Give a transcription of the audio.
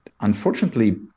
unfortunately